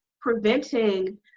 preventing